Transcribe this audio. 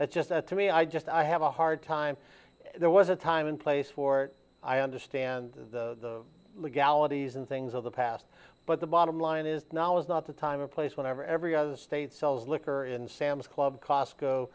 that's just that to me i just i have a hard time there was a time in place for i understand the legalities and things of the past but the bottom line is now is not the time a place whenever every other state sells liquor in sam's club costco